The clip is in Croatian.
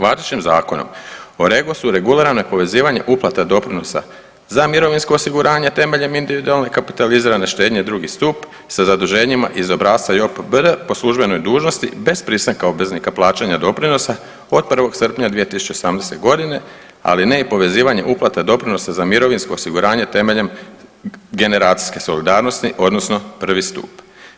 Važećim Zakonom o REGOS-u regulirano je povezivanje uplata doprinosa za mirovinsko osiguranje temeljem individualne kapitalizirane štednje drugi stup sa zaduženjima iz obrasca JOPPD po službenoj dužnosti bez pristanka obveznika plaćanja doprinosa od 1. srpnja 2018.g., ali ne i povezivanje uplata doprinosa za mirovinsko osiguranje temeljem generacijske solidarnosti odnosno prvi stup.